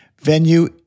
Venue